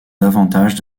davantage